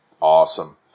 Awesome